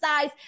size